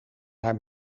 naar